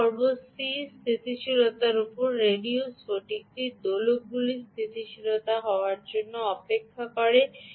start up পর্ব c স্থিতিশীলতার উপর রেডিও স্ফটিক দোলকগুলির স্থিতিশীল হওয়ার জন্য অপেক্ষা করে